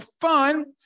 fun